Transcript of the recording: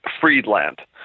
Friedland